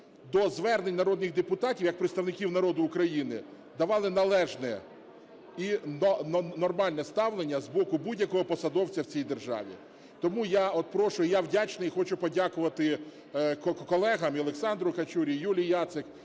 до звернень народних депутатів як представників народу України давали належне і нормальне ставлення з боку будь-якого посадовця в цій державі. Тому я прошу, і я вдячний, хочу подякувати колегам, і Олександру Качурі, і Юлії Яцик,